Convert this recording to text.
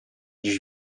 dziś